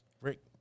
Rick